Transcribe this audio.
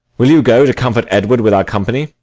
will you go to comfort edward with our company?